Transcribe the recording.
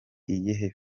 iyihe